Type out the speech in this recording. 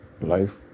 life